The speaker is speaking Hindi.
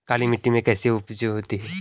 काली मिट्टी में कैसी उपज होती है?